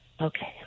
Okay